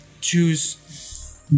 choose